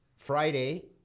Friday